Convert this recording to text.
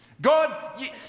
God